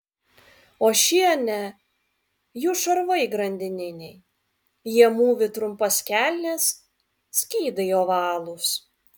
o šie ne jų šarvai grandininiai jie mūvi trumpas kelnes skydai ovalūs